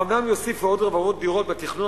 האומנם הוא יוסיף עוד רבבות דירות בתכנון